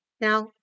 Now